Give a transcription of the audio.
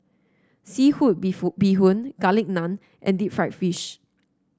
seafood bee Bee Hoon Garlic Naan and Deep Fried Fish